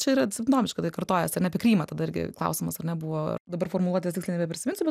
čia yra simptomiška tai kartojasi ar ne apie krymą tada irgi klausimas ar na buvo dabar formuluotės tiksliai nebeprisiminsiu bet